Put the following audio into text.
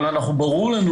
אבל, ברור לנו